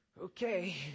okay